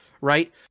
right